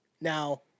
Now